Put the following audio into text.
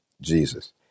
Jesus